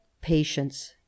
patience